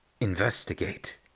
investigate